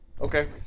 Okay